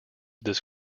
this